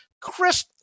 Chris